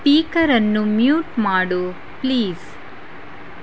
ಸ್ಪೀಕರನ್ನು mute ಮಾಡು please